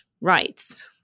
rights